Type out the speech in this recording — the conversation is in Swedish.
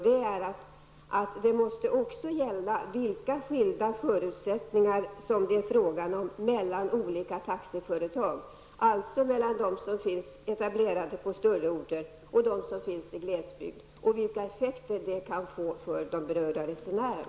Man måste också beakta vilka skilda förutsättningar som finns mellan olika taxiföretag, dvs. mellan dem som finns etablerade på större orter och dem som finns i glesbygd, och vilka effekter det kan få för berörda resenärer.